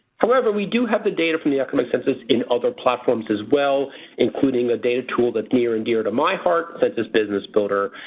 however, we do have the data from the economic census in other platforms as well including a data tool that's near and dear to my heart, census business builder,